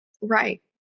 Right